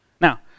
Now